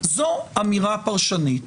זו אמירה פרשנית,